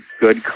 good